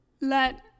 let